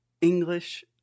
English